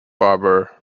barber